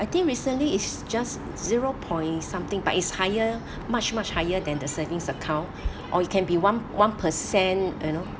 I think recently is just zero point something but it's higher much much higher than the savings account or it can be one one percent you know